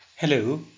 Hello